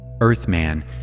Earthman